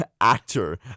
actor